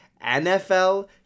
NFL